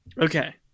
Okay